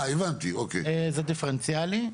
זה דיפרנציאלי.